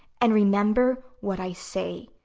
and remember what i say.